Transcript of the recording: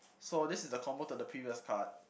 so this is a combo to the previous card